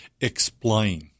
explain